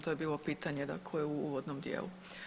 To je bilo pitanje dakle u uvodnom dijelu.